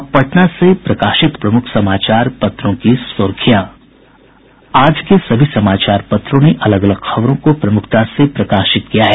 अब पटना से प्रकाशित प्रमुख समाचार पत्रों की सुर्खियां आज के सभी समाचार पत्रों ने अलग अलग खबरों को प्रमुखता से प्रकाशित किया है